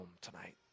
tonight